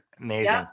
Amazing